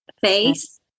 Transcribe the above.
face